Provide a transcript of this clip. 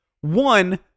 one